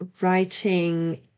writing